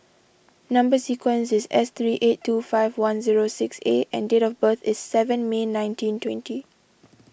Number Sequence is S three eight two five one zero six A and date of birth is seven May nineteen twenty